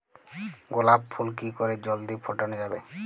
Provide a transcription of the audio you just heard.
গোলাপ ফুল কি করে জলদি ফোটানো যাবে?